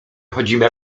chodzimy